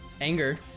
anger